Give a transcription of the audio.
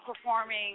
performing